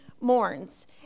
mourns